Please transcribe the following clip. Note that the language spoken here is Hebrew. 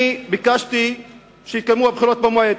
אני ביקשתי שיתקיימו הבחירות במועד.